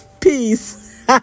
Peace